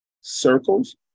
circles